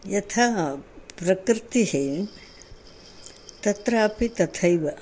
यथा प्रकृतिः तत्रापि तथैव